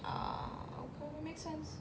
ah make sense